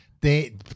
They-